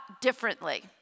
differently